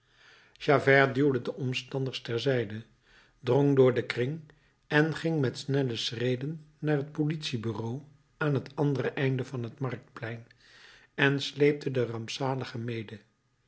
javert duwde de omstanders ter zijde drong door den kring en ging met snelle schreden naar het politiebureau aan t andere einde van het marktplein en sleepte de rampzalige mede